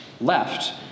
left